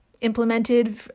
implemented